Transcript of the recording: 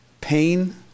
pain